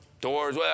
doors